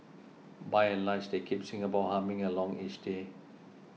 by and large they keep Singapore humming along each day